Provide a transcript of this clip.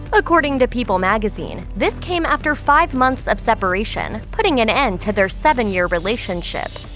according to people magazine, this came after five months of separation, putting an end to their seven-year relationship.